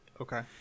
Okay